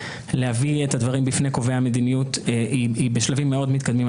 להביא את הדברים בפני קובעי המדיניות היא בשלבים מאוד מתקדמים,